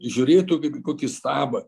žiūrėtų kaip į kokį stabą